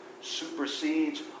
supersedes